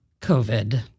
COVID